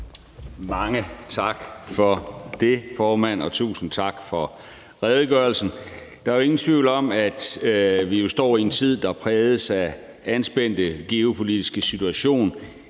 Mange tak for det, formand, og tusind tak for redegørelsen. Der er jo ingen tvivl om, at vi står i en tid, der er præget af en anspændt geopolitisk situation